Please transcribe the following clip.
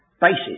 basis